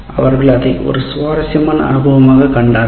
அவர்கள் அதை ஒரு சுவாரஸ்யமான அனுபவமாகக் கண்டார்கள்